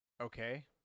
Okay